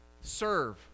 Serve